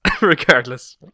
regardless